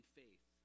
faith